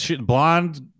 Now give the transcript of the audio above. blonde